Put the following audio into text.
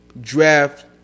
draft